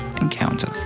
encounter